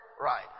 Right